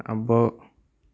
అబ్బో